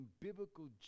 biblical